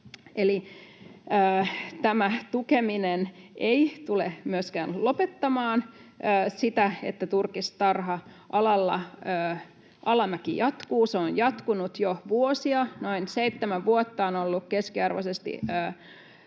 Eli tämä tukeminen ei tule myöskään lopettamaan sitä, että turkistarha-alalla alamäki jatkuu. Se on jatkunut jo vuosia. Noin seitsemän vuotta on ollut keskiarvoisesti